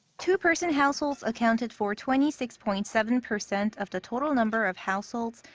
two-person households accounted for twenty six point seven percent of the total number of households,